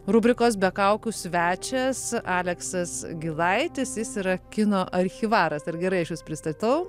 rubrikos be kaukių svečias aleksas gilaitis jis yra kino archyvaras ar gerai aš jus pristatau